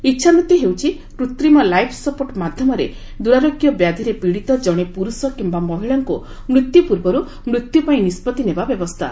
ଇଚ୍ଛାମୃତ୍ୟୁ ହେଉଛି କୂତ୍ରିମ life support ମାଧ୍ୟମରେ ଦ୍ରାରୋଗ୍ୟ ବ୍ୟାଧୂରେ ପୀଡିତ ଜଣେ ପ୍ରର୍ଷ କିମ୍ବା ମହିଳାଙ୍କୁ ମୃତ୍ୟୁ ପୂର୍ବରୁ ମୃତ୍ୟୁ ପାଇଁ ନିଷ୍ପଭି ନେବା ବ୍ୟବସ୍ଥା